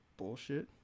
bullshit